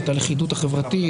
את הלכידות החברתית,